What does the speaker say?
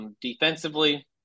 Defensively